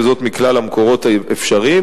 וזאת מכלל המקורות האפשריים,